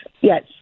yes